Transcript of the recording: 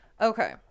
Okay